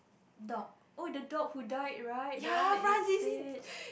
dog oh the dog who died right the one that you say